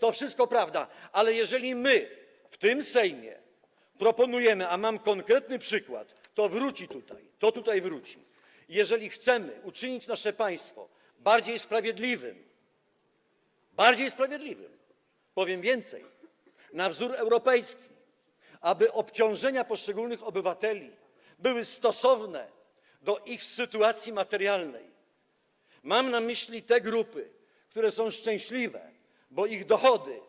To wszystko prawda, ale jeżeli my w tym Sejmie proponujemy, a mam konkretny przykład - to wróci tutaj, to tutaj wróci - chcemy uczynić nasze państwo bardziej sprawiedliwym, powiem więcej, na wzór europejski, aby obciążenia poszczególnych obywateli były stosowne do ich sytuacji materialnej - mam na myśli te grupy, które są szczęśliwe, bo ich dochody,